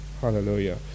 Hallelujah